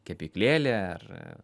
kepyklėlė ar